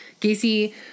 Gacy